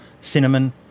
Cinnamon